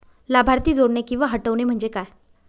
लाभार्थी जोडणे किंवा हटवणे, म्हणजे काय?